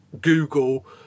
google